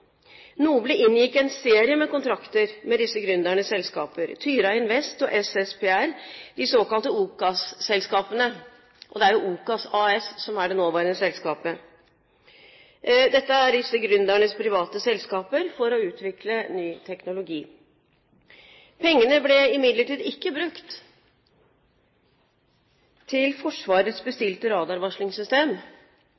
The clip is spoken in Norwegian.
inngikk en serie kontrakter med disse gründernes selskaper, Tyra Invest og SSPR, de såkalte OCAS-selskapene. Det er OCAS AS som er det nåværende selskapet. Dette er disse gründernes private selskaper for å utvikle ny teknologi. Pengene ble imidlertid ikke brukt til Forsvarets